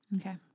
Okay